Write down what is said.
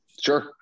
Sure